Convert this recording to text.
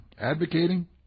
advocating